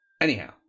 Anyhow